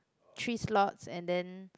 three slots and then